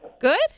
Good